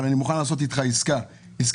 אבל אני מוכן לעשות אתך עסקה יהודית: